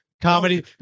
Comedy